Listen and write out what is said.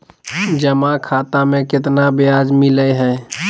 जमा खाता में केतना ब्याज मिलई हई?